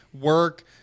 work